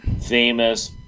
famous